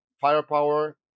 firepower